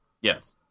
yes